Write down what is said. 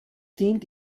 dient